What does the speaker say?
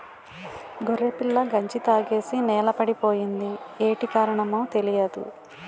గొర్రెపిల్ల గంజి తాగేసి నేలపడిపోయింది యేటి కారణమో తెలీదు